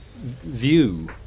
view